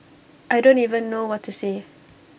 I don't even know what to say